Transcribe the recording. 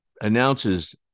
announces